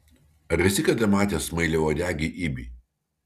ar esi kada matęs smailiauodegį ibį